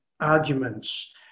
arguments